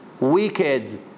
Wicked